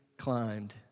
climbed